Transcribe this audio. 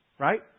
Right